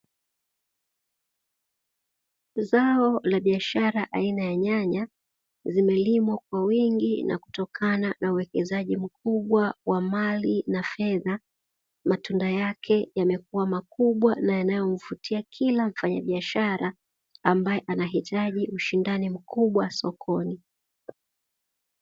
Zao la biashara aina ya nyanya, zimelimwa kwa wingi na kutokana na uwekezaji mkubwa wa mali na fedha, matunda yake yamekuwa makubwa na yanayomvutia kila mfanyabiashara ambaye anahitaji ushindani mkubwa sokoni.